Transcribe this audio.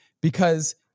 because-